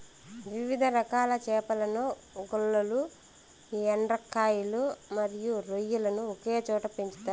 వివిధ రకాల చేపలను, గుల్లలు, ఎండ్రకాయలు మరియు రొయ్యలను ఒకే చోట పెంచుతారు